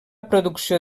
producció